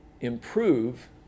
improve